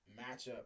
matchup